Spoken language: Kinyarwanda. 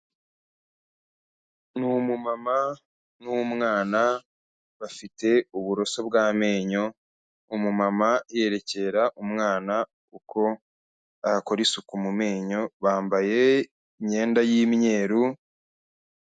Ni umumama n'umwana, bafite uburoso bw'amenyo, umumama yerekera umwana uko bakora isuku mu menyo, bambaye imyenda y'imyeru.